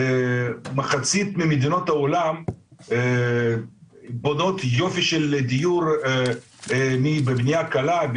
מחצית ממדינות העולם בונות יופי של דיור מבנייה קלה,